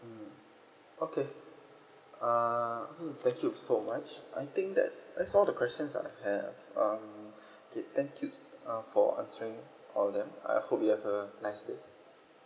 okay uh mm thank you so much I think that's that's all the questions I have um thank you uh for answering all that I hope you have a nice day